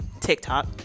tiktok